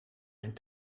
mijn